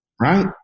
right